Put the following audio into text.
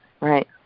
right